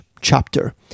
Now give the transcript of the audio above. chapter